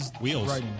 Wheels